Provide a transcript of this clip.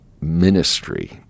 ministry